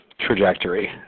trajectory